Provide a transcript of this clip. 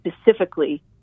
specifically